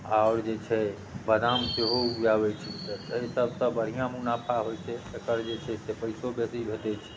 आओर जे छै बादाम सेहो उपजाबै छी तऽ एहिसबसँ बढ़िआँ मुनाफा होइ छै एकर जे छै से पइसो बेसी भेटै छै